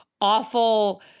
awful